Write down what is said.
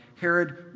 Herod